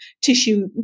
tissue